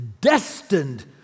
destined